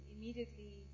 immediately